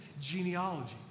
genealogy